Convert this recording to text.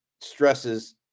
stresses